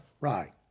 Right